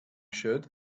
should